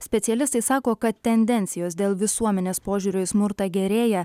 specialistai sako kad tendencijos dėl visuomenės požiūrio į smurtą gerėja